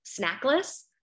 snackless